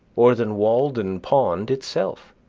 or than walden pond itself.